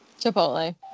chipotle